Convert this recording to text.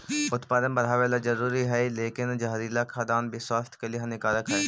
उत्पादन बढ़ावेला जरूरी हइ लेकिन जहरीला खाद्यान्न स्वास्थ्य के लिए हानिकारक हइ